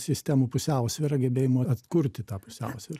sistemų pusiausvyra gebėjimu atkurti tą pusiausvyrą